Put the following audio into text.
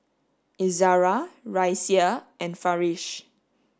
Izara Raisya and Farish